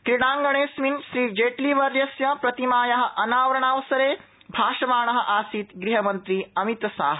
क्रीडागणेऽस्मिन् श्री जेटलीवर्यस्य प्रतिमाया अनावरणावसरे भाषमाण आसीत् ग़हमन्त्री अमित शाह